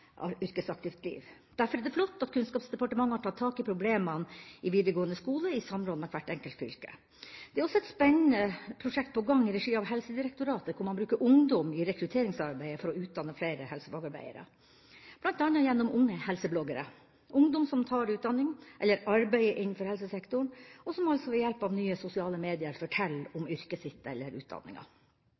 yrkesaktivt liv. Derfor er det flott at Kunnskapsdepartementet har tatt tak i problemene i videregående skole, i samråd med hvert enkelt fylke. Det er også et spennende prosjekt på gang i regi av Helsedirektoratet, hvor man bruker ungdom i rekrutteringsarbeidet for å utdanne flere helsefagarbeidere, bl.a. gjennom unge helsebloggere, ungdom som tar utdanning eller arbeid innenfor helsesektoren, og som ved hjelp av nye sosiale medier forteller om yrket sitt eller om utdanninga.